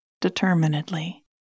determinedly